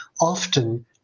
often